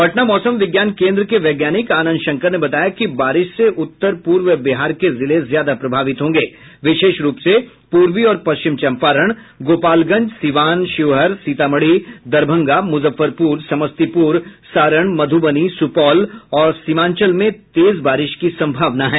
पटना मौसम विज्ञान केन्द्र के वैज्ञानिक आनंद शंकर ने बताया कि बारिश से उत्तर पूर्व बिहार के जिले ज्यादा प्रभावित होंगे विशेष रूप से पूर्वी और पश्चिम चंपारण गोपालगंज सिवान शिवहर सीतामढ़ी दरभंगा मुजफ्फरपुर समस्तीपुर सारण मधुबनी सुपौल और सीमांचल में तेज बारिश की संभावना है